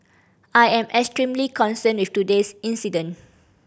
I am extremely concerned with today's incident